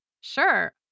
Sure